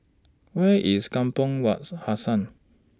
Where IS Kampong Wak's Hassan